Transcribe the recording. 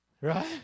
Right